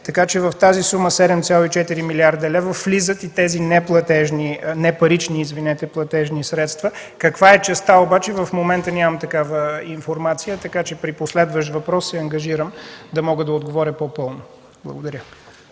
Така че в тази сума 7,4 милиарда лева влизат и тези непарични платежни средства. Каква е частта обаче в момента, нямам такава информация. При последващ въпрос се ангажирам да мога да отговоря по-пълно. Благодаря.